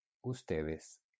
ustedes